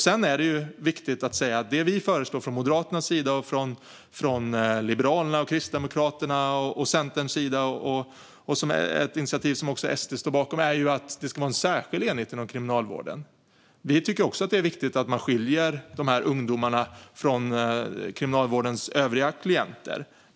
Sedan är det viktigt att säga att det vi föreslår från Moderaternas, Liberalernas, Kristdemokraternas och Centerns sida - det är ett initiativ som också SD står bakom - är att det ska vara en särskild enhet inom Kriminalvården. Vi tycker också att det är viktigt att man skiljer de här ungdomarna från Kriminalvårdens övriga klienter.